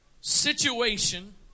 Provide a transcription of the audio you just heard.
situation